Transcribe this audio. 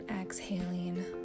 exhaling